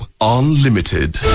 Unlimited